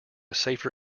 safer